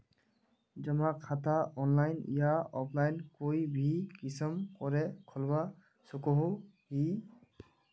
जमा खाता ऑनलाइन या ऑफलाइन कोई भी किसम करे खोलवा सकोहो ही?